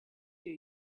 you